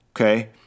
okay